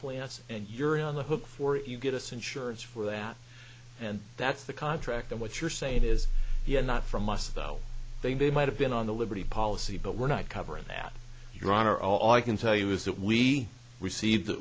plants and you're on the hook for it you get us insurance for that and that's the contract and what you're saying is not from us though they might have been on the liberty policy but we're not covering that your honor all i can tell you is that we received that